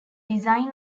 design